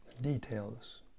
Details